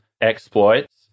exploits